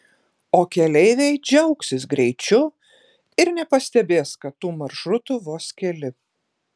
o keleiviai džiaugsis greičiu ir nepastebės kad tų maršrutų vos keli